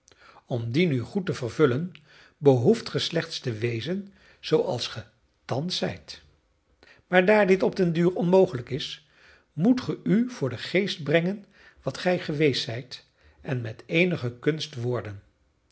om die nu goed te vervullen behoeft ge slechts te wezen zooals ge thans zijt maar daar dit op den duur onmogelijk is moet ge u voor den geest brengen wat gij geweest zijt en met eenige kunst worden